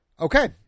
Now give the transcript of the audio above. Okay